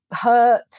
hurt